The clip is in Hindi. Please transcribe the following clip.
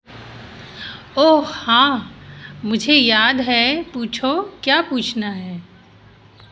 ओह हाँ मुझे याद है पूछो क्या पूछना है